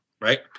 right